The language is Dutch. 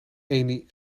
eni